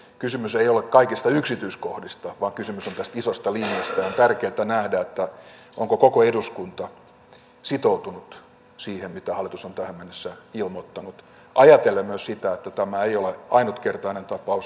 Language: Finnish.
kysymys ei ole kaikista yksityiskohdista vaan kysymys on tästä isosta linjasta ja on tärkeätä nähdä onko koko eduskunta sitoutunut siihen mitä hallitus on tähän mennessä ilmoittanut ajatellen myös sitä että tämä ei ole ainutkertainen tapaus